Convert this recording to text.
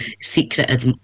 secret